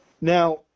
Now